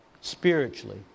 spiritually